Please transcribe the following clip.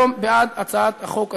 מהכנסת להצביע היום בעד הצעת החוק הזו.